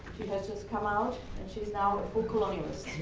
has just come out and she's now a full colonialist.